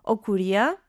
o kurie